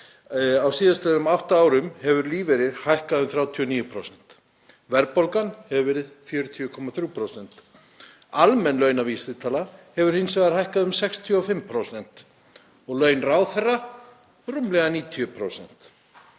Á síðastliðnum átta árum hefur lífeyrir hækkað um 39%. Verðbólgan hefur verið 40,3%. Almenn launavísitala hefur hins vegar hækkað um 65% og laun ráðherra um rúmlega 90%.